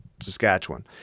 Saskatchewan